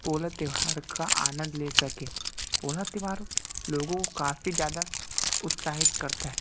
पोला त्यौहार का आनंद ले सके पोला त्यौहार लोगों को काफ़ी ज़्यादा उत्साहित करता है